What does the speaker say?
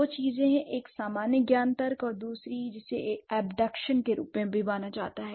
दो चीजें हैं एक सामान्य ज्ञान तर्क और दूसरी जिसे एक अबडकशन के रूप में भी जाना जाता है